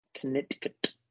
Connecticut